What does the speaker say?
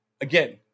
again